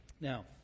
Now